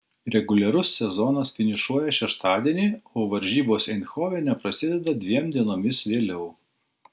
reguliarus sezonas finišuoja šeštadienį o varžybos eindhovene prasideda dviem dienomis vėliau